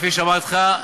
כפי שאמרתי לך,